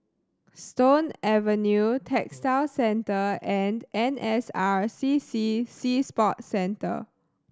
Stone Avenue Textile Centre and N S R C C Sea Sports Centre